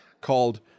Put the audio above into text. Called